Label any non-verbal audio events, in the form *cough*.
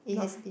not *noise*